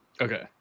Okay